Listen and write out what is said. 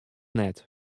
net